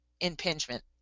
impingement